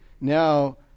Now